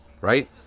right